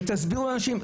תסבירו לאנשים.